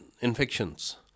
infections